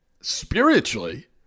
spiritually